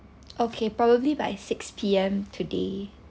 okay probably by six P_M today